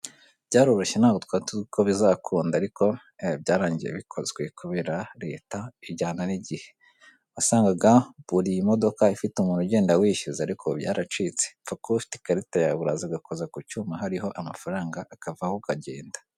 Byaroroshye ntabwo twari tuziko bizakunda ariko byarangiye bikozwe kubera reta ijyana n'igihe .Wasangaga buri modoka ifite umuntu ugenda wishyuza ariko ubu byaracitse pfakuba ufite ikarita yawe uraza ugakoza ku cyuma hariho amafaranga akavaho ukagenda.